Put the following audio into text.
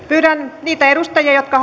pyydän niitä edustajia jotka